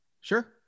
Sure